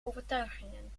overtuigingen